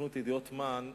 סוכנות הידיעות "מעאן",